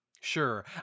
Sure